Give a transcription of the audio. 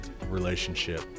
relationship